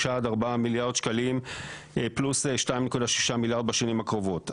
3 עד 4 מיליארד שקלים פלוס 2.6 מיליארד בשנים הקרובות.